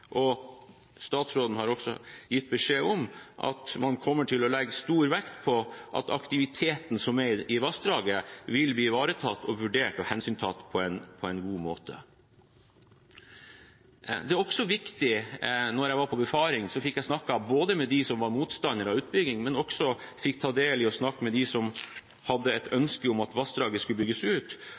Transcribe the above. og statsråden har også gitt beskjed om – at man kommer til å legge stor vekt på at aktiviteten som er i vassdraget, vil bli ivaretatt, vurdert og hensyntatt på en god måte. Da jeg var på befaring, fikk jeg snakket både med dem som var motstandere av utbyggingen, og med dem som hadde et ønske om at vassdraget skulle bygges ut.